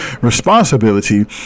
Responsibility